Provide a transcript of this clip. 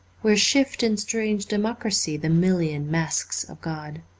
where shift in strange democracy the million masks of god.